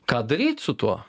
ką daryt su tuo